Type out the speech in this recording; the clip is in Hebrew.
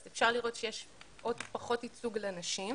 אז אפשר לראות שיש עוד פחות ייצוג לנשים.